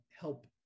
help